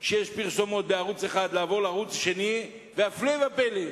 אחד שיש בו פרסומות לערוץ השני, והפלא ופלא,